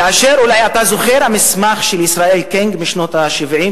אולי אתה זוכר את המסמך משנות ה-70,